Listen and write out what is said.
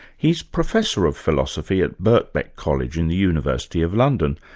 he's professor of philosophy at birkbeck college in the university of london,